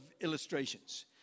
illustrations